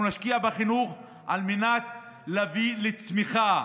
אנחנו נשקיע בחינוך על מנת להביא לצמיחה,